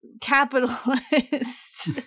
capitalist